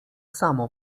samo